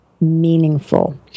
meaningful